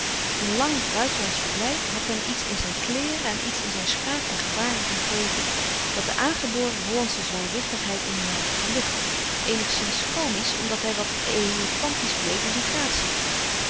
een lang buitenlandsch verblijf had hem iets in zijn kleêren en iets in zijn spraak en gebaren gegeven dat de aangeboren hollandsche zwaarwichtigheid in hem had verluchtigd eenigszins komiesch omdat hij wat elefantiesch bleef in zijn gratie